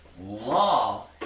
Law